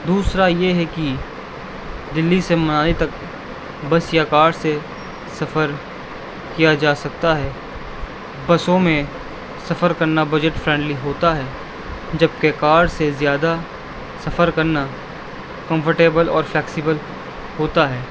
دوسرا یہ ہے کہ دہلی سے منالی تک بس یا کار سے سفر کیا جا سکتا ہے بسوں میں سفر کرنا بجٹ فرینڈلی ہوتا ہے جبکہ کار سے زیادہ سفر کرنا کمفرٹیبل اور فلیکسیبل ہوتا ہے